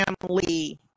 Family